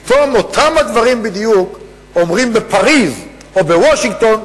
פתאום אותם דברים בדיוק אומרים בפריס או בוושינגטון,